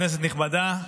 כנסת נכבדה,